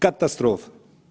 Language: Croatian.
Katastrofa.